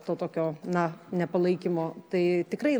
to tokio na nepalaikymo tai tikrai